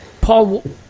Paul